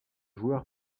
joueur